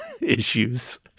issues